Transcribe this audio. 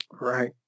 Right